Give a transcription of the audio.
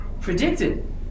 predicted